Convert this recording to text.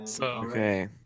Okay